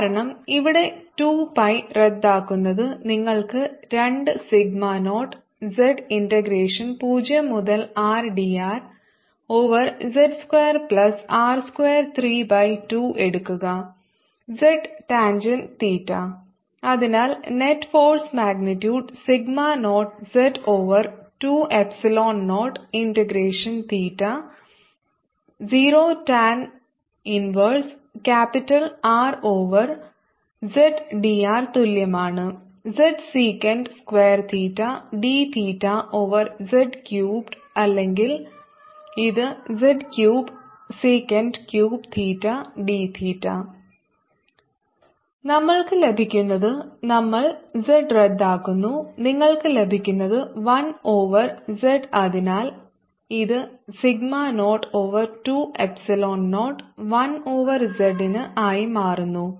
കാരണം ഇവിടെ ഈ 2 പൈ റദ്ദാക്കുന്നത് നിങ്ങൾക്ക് 2 സിഗ്മ0 z ഇന്റഗ്രേഷൻ 0 മുതൽ R d r over z square plus r square 3 by 2 എടുക്കുക z ടാൻജെന്റ് തീറ്റ അതിനാൽ net force magnitude sigma 0 z over 2 epsilon 0 integration theta 0 tan inverse capital R over z d r തുല്യമാണ് z second square theta d theta over z cubed അല്ലെങ്കിൽ ഇത് z cube second cube theta d തീറ്റ F14π0qz0R2π0drz2r2320z200Rdrz2r232 Let rztan θ F0z200tan 1Rzzsec2θdθz3sec3 നമ്മൾക്ക് ലഭിക്കുന്നത് നമ്മൾ z റദ്ദാക്കുന്നു നിങ്ങൾക്ക് ലഭിക്കുന്നത് 1 over z അതിനാൽ ഇത് sigma over 2 epsilon 0 1 over z ന് ആയി മാറുന്നു